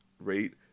Rate